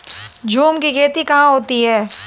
झूम की खेती कहाँ होती है?